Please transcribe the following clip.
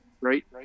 right